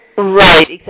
Right